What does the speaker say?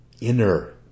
inner